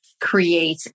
create